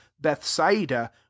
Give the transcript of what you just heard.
bethsaida